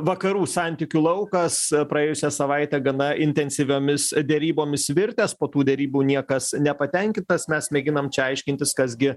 vakarų santykių laukas praėjusią savaitę gana intensyviomis derybomis virtęs po tų derybų niekas nepatenkintas mes mėginam aiškintis kas gi